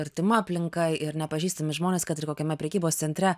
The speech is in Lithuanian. artima aplinka ir nepažįstami žmonės kad ir kokiame prekybos centre